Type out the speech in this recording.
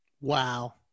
Wow